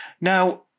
now